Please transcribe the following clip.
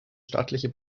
staatliche